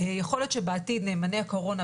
יכול להיות שבעתיד יהיו נאמני הקורונה,